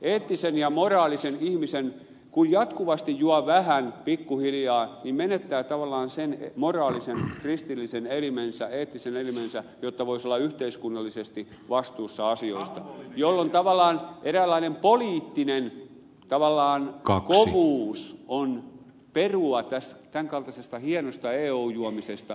eettinen ja moraalinen ihminen kun jatkuvasti juo vähän pikkuhiljaa menettää tavallaan sen moraalisen kristillisen elimensä eettisen elimensä jotta voisi olla yhteiskunnallisesti vastuussa asioista jolloin tavallaan eräänlainen poliittinen kovuus on perua tämänkaltaisesta hienosta eu juomisesta